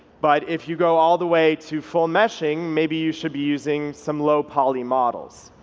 but if you go all the way to full meshing, maybe you should be using some low poly models.